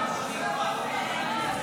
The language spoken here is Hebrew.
תקציב נוסף לשנת הכספים 2024,